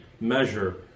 measure